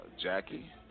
Jackie